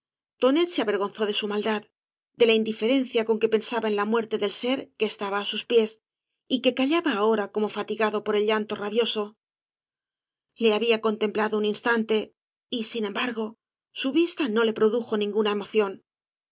tonet se avergonzó de su maldad de la indiferencia con que pen saba en la muerte del ser que estaba á sus pies y que callaba ahora como fatigado por el llanto rabioso le había contemplado un instante y gin embargo su vista no le produjo ninguna emoción